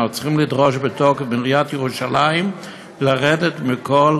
אנחנו צריכים לדרוש בתוקף מעיריית ירושלים לרדת מכל